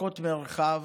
ופחות מרחב,